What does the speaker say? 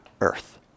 earth